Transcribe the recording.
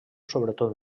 sobretot